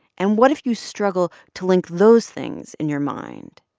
and what if you struggle to link those things in your mind?